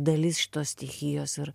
dalis šitos stichijos ir